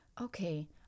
okay